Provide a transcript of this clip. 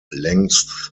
lengths